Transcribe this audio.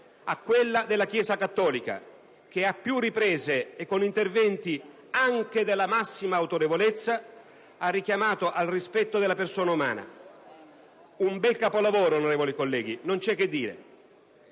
a quella della Chiesa cattolica, che a più riprese e con interventi anche della massima autorevolezza ha richiamato al rispetto della persona umana. Un bel capolavoro, onorevoli colleghi, non c'è che dire.